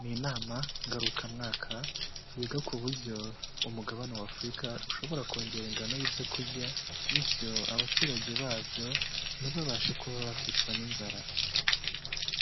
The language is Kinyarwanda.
ni inama ngaruka mwaka, yiga ku buryo umugabane wa Afurika ushobora kongera ingano y'ibyo kurya, bityo abaturage babyo ntibabashe kuba bakicwa n'inzara.